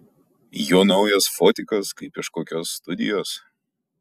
jo naujas fotikas kaip iš kokios studijos